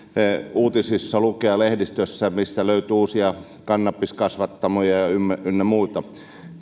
uutisista lukea lehdistöstä mistä löytyy uusia kannabiskasvattamoja ynnä muuta